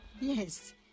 Yes